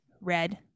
Red